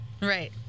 Right